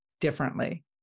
differently